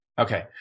Okay